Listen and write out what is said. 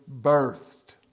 birthed